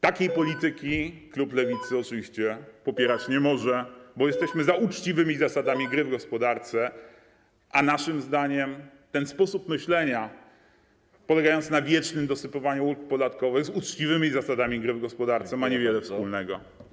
Takiej polityki klub Lewicy oczywiście popierać nie może, bo jesteśmy za uczciwymi zasadami gry w gospodarce, a naszym zdaniem ten sposób myślenia polegający na wiecznym dokładaniu ulg podatkowych z uczciwymi zasadami gry w gospodarce ma niewiele wspólnego.